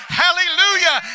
hallelujah